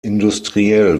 industriell